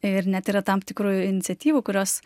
ir net yra tam tikrų iniciatyvų kurios